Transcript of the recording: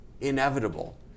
inevitable